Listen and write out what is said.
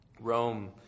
Rome